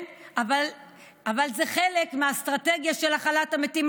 אבל זה חלק מהאסטרטגיה של הכלת המתים.